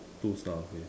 two star okay